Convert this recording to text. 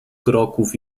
kroków